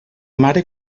mare